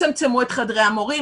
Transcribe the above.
תצמצמו את חדרי המורים.